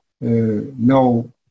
no